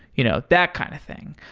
you know that kind of thing.